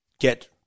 get